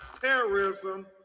terrorism